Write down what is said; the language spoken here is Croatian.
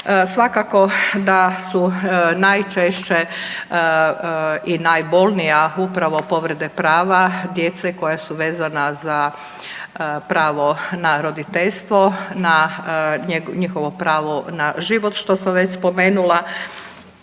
Svakako da su najčešće i najbolnija upravo povreda prava djece koja su vezana za pravo na roditeljstvo, na njihovo pravo na život, što sam već spomenula,